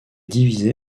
divisé